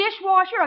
dishwasher